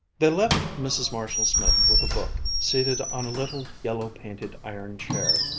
they left mrs. marshall-smith with a book, seated on a little yellow-painted iron chair,